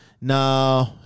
No